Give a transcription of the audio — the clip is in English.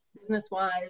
business-wise